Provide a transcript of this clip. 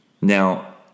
Now